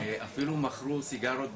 אפילו מכרו סיגריות כבודדות.